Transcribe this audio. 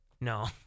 No